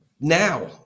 now